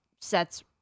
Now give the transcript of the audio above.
sets